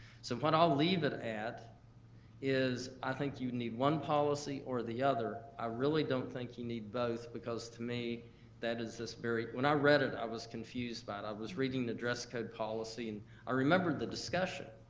so what i'll leave it at is, i think you need one policy or the other. i really don't think you need both, because to me that is just very, when i read it, i was confused by it. i was reading the dress code policy, and i remembered the discussion.